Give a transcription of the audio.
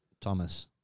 Thomas